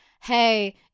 hey